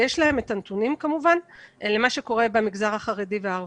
ויש להם כמובן את הנתונים לגבי מה שקורה במגזרים החרדי והערבי.